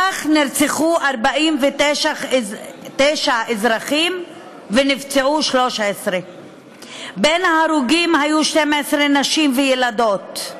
כך נרצחו 49 אזרחים ונפצעו 13. בין ההרוגים היו 12 נשים וילדות,